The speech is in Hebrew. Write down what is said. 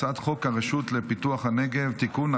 הצעת חוק הרשות לפיתוח הנגב (תיקון,